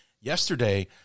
yesterday